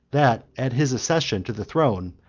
that, at his accession to the throne,